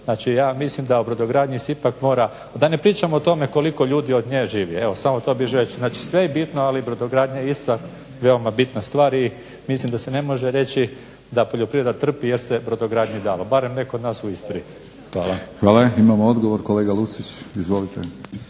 Znači ja mislim da o brodogradnji se ipak mora, da ne pričam o tome koliko ljudi od nje živi. Evo samo to bih želio reći. Znači, sve je bitno ali brodogradnja je isto veoma bitna stvar i mislim da se ne može reći da poljoprivreda trpi jer se brodogradnji dalo barem ne kod nas u Istri. Hvala. **Batinić, Milorad (HNS)** Hvala. Imamo odgovor kolega Lucić, izvolite.